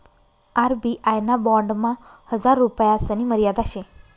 RBI ना बॉन्डमा हजार रुपयासनी मर्यादा शे